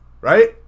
Right